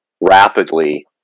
rapidly